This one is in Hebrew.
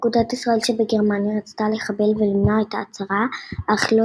אגודת ישראל שבגרמניה רצתה לחבל ולמנוע את ההצהרה אך לא